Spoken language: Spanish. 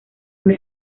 una